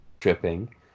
tripping